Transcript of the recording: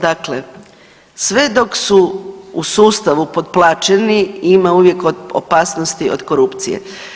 Dakle, sve dok su u sustavu potplaćeni ima uvijek opasnosti od korupcije.